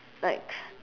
like